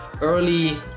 early